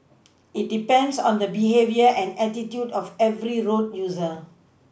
it depends on the behaviour and attitude of every road user